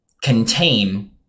contain